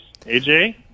AJ